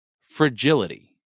fragility